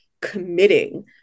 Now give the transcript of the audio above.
committing